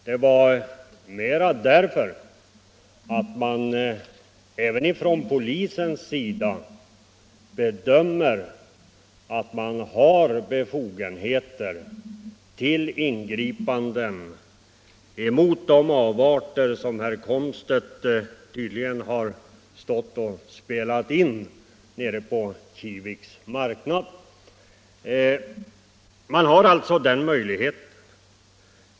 Det var mera därför att man även från polisens sida bedömer att man har befogenheter till ingripanden mot de avarter som herr Komstedt tydligen har spelat in nere på Kiviks marknad.